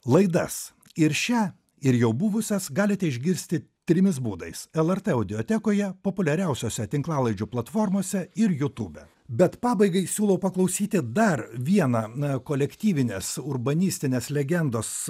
laidas ir šią ir jau buvusias galite išgirsti trimis būdais lrt audiotekoje populiariausiose tinklalaidžių platformose ir jutube bet pabaigai siūlau paklausyti dar vieną kolektyvinės urbanistinės legendos